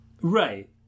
right